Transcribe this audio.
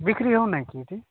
ବିକ୍ରି ହେଉ ନାହିଁ କି ଏଠି